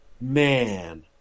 man